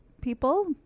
people